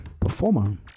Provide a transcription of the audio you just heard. performer